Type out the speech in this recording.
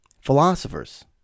Philosophers